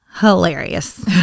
hilarious